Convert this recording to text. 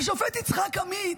השופט יצחק עמית,